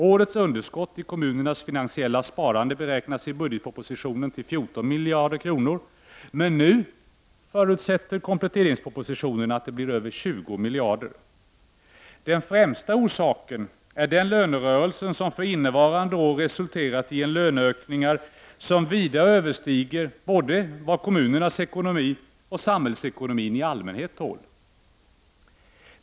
Årets underskott i kommunernas finansiella sparande beräknades i budgetpropositionen till 14 miljarder kronor, men nu förutsätts i kompletteringspropositionen att det blir över 20 miljarder kronor. Den främsta orsaken är den lönerörelse som för innevarande år resulterat i löneökningar som vida överstiger både vad kommunernas ekonomi och samhällsekonomin i allmänhet tål.